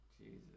Jesus